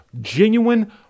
genuine